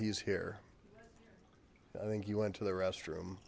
he's here i think he went to the restroom